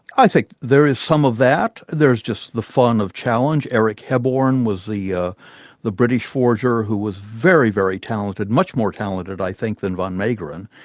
i think there is some of that, there's just the fun of challenge. eric hebborn was the ah the british forger who was very, very talented, much more talented i think than van meegeren.